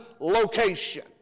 location